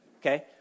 okay